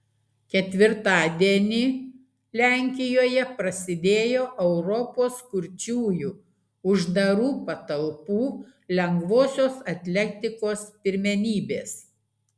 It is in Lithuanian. ketvirtadienį lenkijoje prasidėjo europos kurčiųjų uždarų patalpų lengvosios atletikos pirmenybės